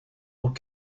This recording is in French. aux